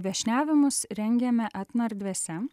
viešniavimus rengiame etnoerdvėse